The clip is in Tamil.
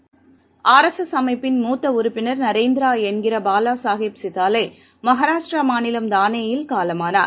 ராஷ்ட்ரியசுயம் சேவைஅமைப்பின் மூத்தஉறுப்பினர் நரேந்திராஎன்கிறபாலாசாஹேப் சிதாலேமகாராஷ்ட்ராமாநிலம் தானேயில் காலமானார்